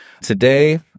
Today